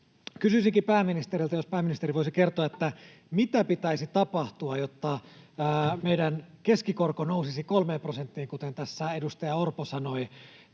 Kysyisinkin pääministeriltä, jos pääministeri voisi kertoa: mitä pitäisi tapahtua, jotta meidän keskikorko nousisi kolmeen prosenttiin, kuten tässä edustaja Orpo sanoi?